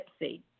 Gypsy